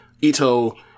Ito